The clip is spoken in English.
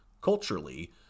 culturally